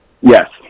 Yes